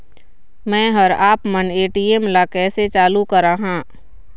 मैं हर आपमन ए.टी.एम ला कैसे चालू कराहां?